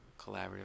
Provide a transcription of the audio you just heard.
collaborative